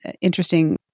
interesting